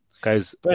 Guys